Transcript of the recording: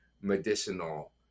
medicinal